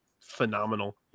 phenomenal